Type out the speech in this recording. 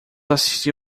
assistir